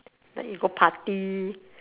like you go party